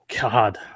God